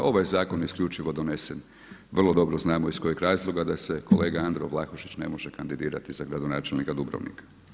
Ovaj zakon je isključivo donesen vrlo dobro znamo iz kojeg razloga, da se kolega Andro Vlahušić ne može kandidirati za gradonačelnika Dubrovnika.